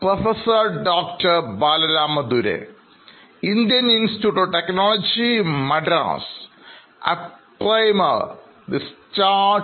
പ്രൊഫസർബാലCurio Curioഅതെ sir